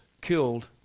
killed